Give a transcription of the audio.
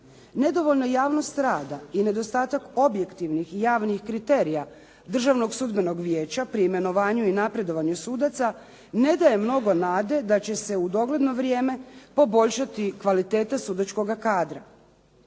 Nedovoljna i javnost rada i nedostatak objektivnih javnih kriterija Državnog sudbenog vijeća pri imenovanju i napredovanju sudaca ne daje mnogo nade da će se u dogledno vrijeme poboljšati kvaliteta sudačkoga kadra.